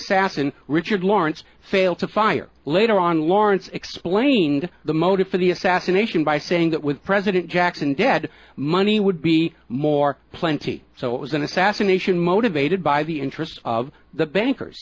assassin richard lawrence failed to fire later on lawrence explained the motive for the assassination by saying that with president jackson dead money would be more plenty so it was an assassination motivated by the interest of the bankers